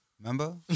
Remember